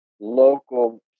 local